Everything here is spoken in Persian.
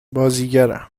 بازیگرم